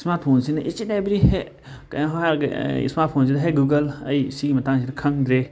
smart ꯐꯣꯟꯁꯤꯅ ꯏꯁ ꯑꯦꯟ ꯑꯦꯕ꯭ꯔꯤ ꯀꯩꯅꯣꯝ ꯍꯥꯏꯔꯒ ꯏꯁꯃꯥꯔꯠ ꯐꯣꯟꯁꯤꯗ ꯍꯦ ꯒꯨꯒꯜ ꯑꯩ ꯁꯤꯒꯤ ꯃꯇꯥꯡꯁꯤꯗ ꯁꯪꯗ꯭ꯔꯦ